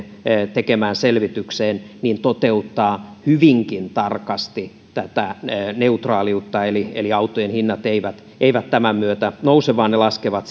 tekemään selvitykseen toteuttaa hyvinkin tarkasti neutraaliutta eli eli autojen hinnat eivät eivät tämän myötä nouse vaan ne laskevat